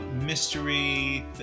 Mystery